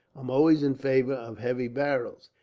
i'm always in favour of heavy barrels.